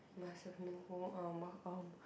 must have meaningful